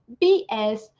BS